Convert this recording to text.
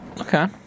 Okay